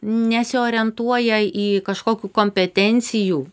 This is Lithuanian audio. nesiorientuoja į kažkokių kompetencijų